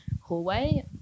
hallway